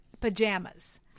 pajamas